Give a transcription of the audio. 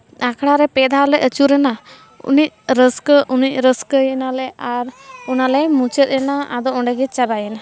ᱟᱠᱷᱲᱟ ᱨᱮ ᱯᱮ ᱫᱷᱟᱣᱞᱮ ᱟᱹᱪᱩᱨᱮᱱᱟ ᱩᱱᱤᱡᱽ ᱨᱟᱹᱥᱠᱟᱹ ᱩᱱᱤᱡᱽ ᱨᱟᱹᱥᱠᱟᱹᱭᱮᱱᱟᱞᱮ ᱟᱨ ᱚᱱᱟᱞᱮ ᱢᱩᱪᱟᱹᱫᱽ ᱮᱱᱟ ᱟᱫᱚ ᱚᱸᱰᱮᱜᱮ ᱪᱟᱵᱟᱭᱮᱱᱟ